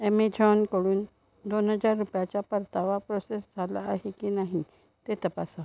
ऍमेझॉनकडून दोन हजार रुपयाचा परतावा प्रोसेस झाला आहे की नाही ते तपासा